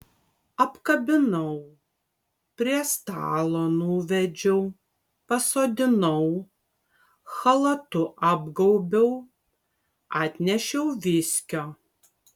apkabinau prie stalo nuvedžiau pasodinau chalatu apgaubiau atnešiau viskio